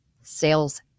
sales